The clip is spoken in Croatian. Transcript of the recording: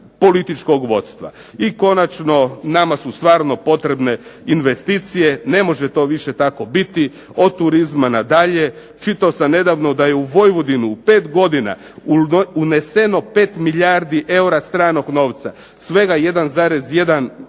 I konačno, nama su stvarno potrebne investicije. Ne može više to tako biti od turizma na dalje. Čitao sam nedavno da je u Vojvodinu u pet godine uneseno 5 milijardi eura stranog novaca, svega 1,1 milijarda